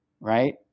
Right